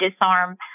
disarm